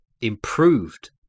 improved